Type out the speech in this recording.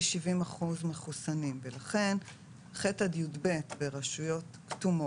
70% מחוסנים ולכן ח' עד י"ב ברשויות כתומות,